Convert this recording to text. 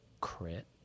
crit